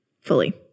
fully